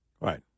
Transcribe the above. Right